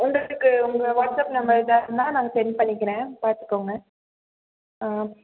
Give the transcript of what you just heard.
உங்களுக்கு உங்கள் WhatsApp number தாங்க நான் சென்ட் பண்ணிக்கிறேன் பார்த்துகோங்க ஆ